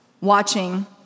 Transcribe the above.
watching